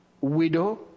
widow